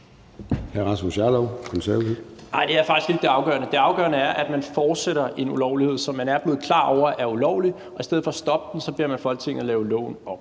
Rasmus Jarlov (KF): Nej, det er faktisk ikke det afgørende. Det afgørende er, at man fortsætter en ulovlighed, selv om man ved, at det, der bliver gjort, er ulovligt, og i stedet for at stoppe det beder man Folketinget lave loven om.